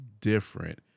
Different